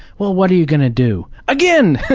well, what are you gonna do? again!